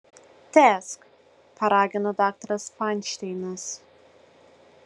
tęsk paragino daktaras fainšteinas